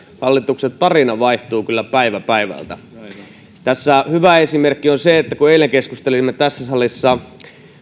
hallituksen tarina vaihtuu päivä päivältä tästä hyvä esimerkki on se kun eilen keskustelimme tässä salissa